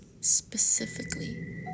specifically